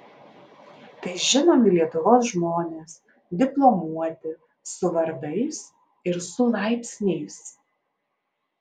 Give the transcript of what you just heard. tai žinomi lietuvos žmonės diplomuoti su vardais ir su laipsniais